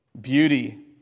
beauty